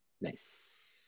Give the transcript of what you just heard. Nice